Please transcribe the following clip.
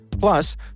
Plus